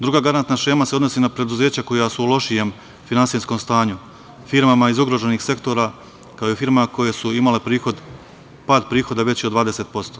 Druga garantna šema se odnosi na preduzeća koja su u lošijem finansijskom stanju, firmama iz ugroženih sektora, kao i firmama koje su imale pad prihoda veći od 20%